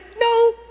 No